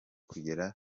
kugera